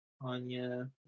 Anya